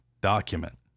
document